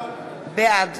בעד